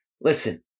Listen